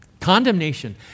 Condemnation